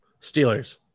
Steelers